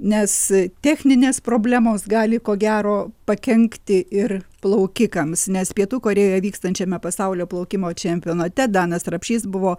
nes techninės problemos gali ko gero pakenkti ir plaukikams nes pietų korėjoj vykstančiame pasaulio plaukimo čempionate danas rapšys buvo